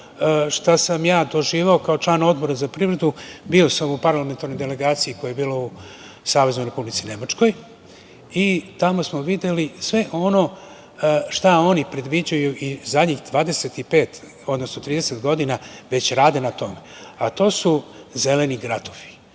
šta sam ja doživeo kao član Odbora za privredu. Bio sam u parlamentarnoj delegaciji koja je bila u Saveznoj Republici Nemačkoj i tamo smo videli sve ono šta oni predviđaju iz adnjih 25, odnosno 30 godina već rade na tome, a to su zeleni gradovi. Bili